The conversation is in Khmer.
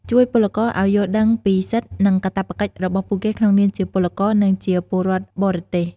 ជួយពលករឱ្យយល់ដឹងពីសិទ្ធិ និងកាតព្វកិច្ចរបស់ពួកគេក្នុងនាមជាពលករ និងជាពលរដ្ឋបរទេស។